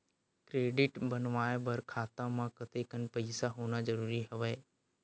Credit बनवाय बर खाता म कतेकन पईसा होना जरूरी हवय?